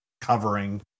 covering